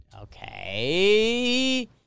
Okay